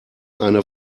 eine